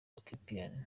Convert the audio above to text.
ethiopia